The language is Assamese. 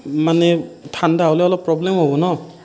মানে ঠাণ্ডা হ'লে অলপ প্ৰব্লেম হ'ব ন'